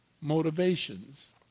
Motivations